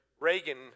Reagan